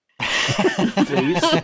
Please